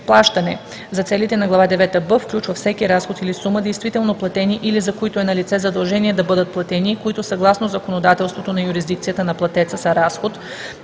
„Плащане“ за целите на глава девета „б“ включва всеки разход или сума, действително платени или за които е налице задължение да бъдат платени и които съгласно законодателството на юрисдикцията на платеца са разход,